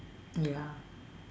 ya